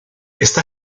está